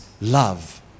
love